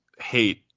hate